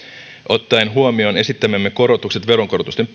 ottaen huomioon esittämämme korotukset veronkorotusten